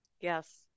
Yes